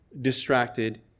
distracted